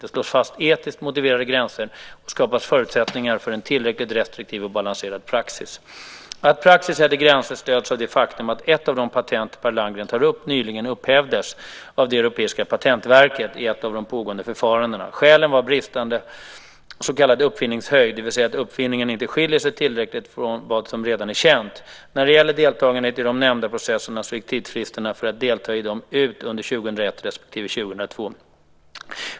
Det slås fast etiskt motiverade gränser och skapas förutsättningar för en tillräckligt restriktiv och balanserad praxis. Att praxis sätter gränser stöds av det faktum att ett av de patent Per Landgren tar upp nyligen upphävdes av det europeiska patentverket i ett av de pågående förfarandena. Skälet var bristande så kallad uppfinningshöjd, det vill säga att uppfinningen inte skiljer sig tillräckligt från vad som redan är känt. När det gäller deltagandet i de nämnda processerna, så gick tidsfristerna för att delta i dem ut under 2001 respektive 2002.